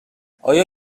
آیا